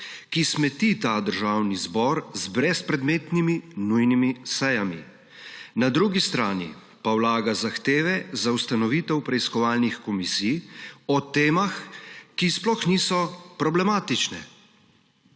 ki smeti ta državni zbor z brezpredmetnimi nujnimi sejami. Na drugi strani pa vlaga zahteve za ustanovitev preiskovalnih komisij o temah, ki sploh niso problematične.